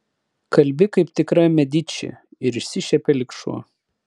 kalbi kaip tikra mediči ir išsišiepė lyg šuo